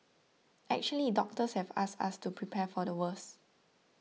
actually doctors have asked us to prepare for the worst